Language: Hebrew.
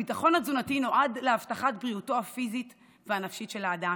הביטחון התזונתי נועד להבטחת בריאותו הפיזית והנפשית של האדם,